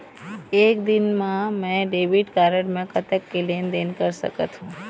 एक दिन मा मैं डेबिट कारड मे कतक के लेन देन कर सकत हो?